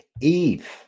Eve